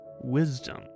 wisdom